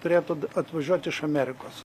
turėtų atvažiuot iš amerikos